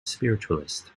spiritualist